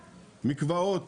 מקוואות,